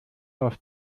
auf